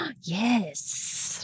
Yes